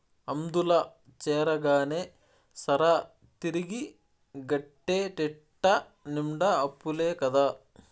అందుల చేరగానే సరా, తిరిగి గట్టేటెట్ట నిండా అప్పులే కదా